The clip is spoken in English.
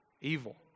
evil